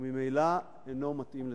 וממילא אינו מתאים לתפקידו.